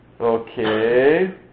Okay